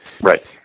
Right